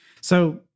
So-